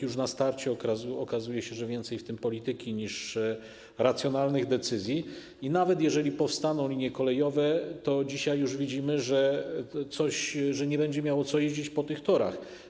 Już na starcie okazuje się, że więcej w tym polityki niż racjonalnych decyzji, i nawet jeżeli powstaną linie kolejowe, to już dzisiaj widzimy, że nie będzie miało co jeździć po tych torach.